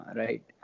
right